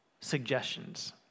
suggestions